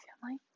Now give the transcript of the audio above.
family